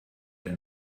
der